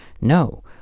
no